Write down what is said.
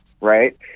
right